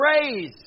praise